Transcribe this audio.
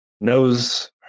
knows